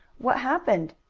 what happened?